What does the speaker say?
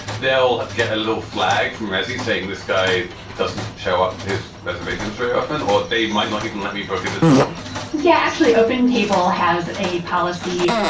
they'll get a little flag from as he's saying, this guy doesn't show up to his reservations very often or they might not even let me book at the tool yeah, actually open table has a policy.